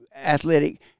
athletic